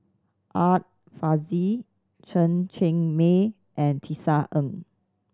Art Fazil Chen Cheng Mei and Tisa Ng